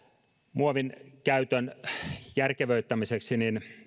muovin käytön järkevöittämiseksi